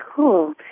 cool